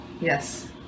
Yes